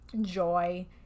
joy